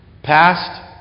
Past